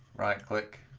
right-click